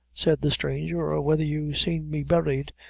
said the stranger, or whether you seen me buried,